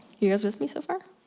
you guys with me so far?